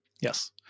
Yes